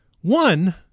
one